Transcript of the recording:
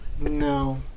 No